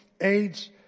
AIDS